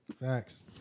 Facts